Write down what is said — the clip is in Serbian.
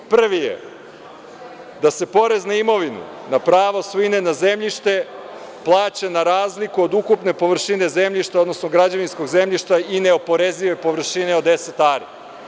Prva je da se porez na imovinu na pravo svojine, na zemljište plaća na razliku od ukupne površine zemljišta, odnosno građevinskog zemljišta i neoporezive površine od 10 ari.